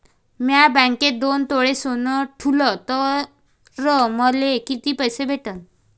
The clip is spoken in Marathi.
म्या बँकेत दोन तोळे सोनं ठुलं तर मले किती पैसे भेटन